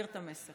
אעביר את המסר.